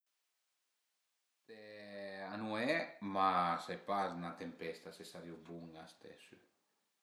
A nuè, ma sai pa s'na tempesta së sarìu bun a ste sü